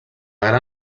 gran